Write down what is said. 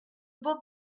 beau